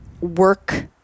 work